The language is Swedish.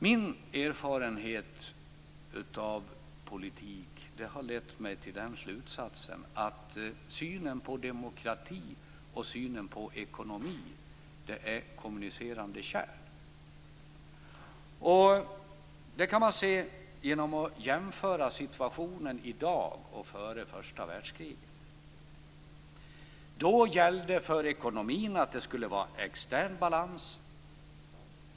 Min erfarenhet av politik har lett mig till slutsatsen att synen på demokrati och synen på ekonomi är kommunicerande kärl. Det kan man se genom att jämföra situationen i dag med situationen före första världskriget. Då gällde för ekonomin att det skulle vara extern balans.